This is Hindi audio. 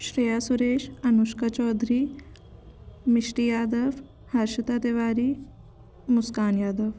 श्रेया सुरेश अनुष्का चौधरी मिष्टी यादव हर्षिता तिवारी मुस्कान यादव